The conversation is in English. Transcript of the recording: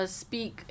speak